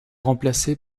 remplacé